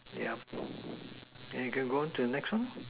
yeah then we can go on to the next one lor